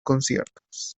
conciertos